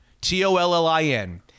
T-O-L-L-I-N